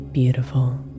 beautiful